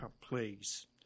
please